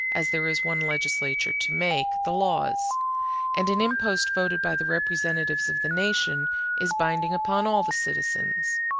as there is one legislature to make the laws and an impost voted by the representatives of the nation is binding upon all the citizens.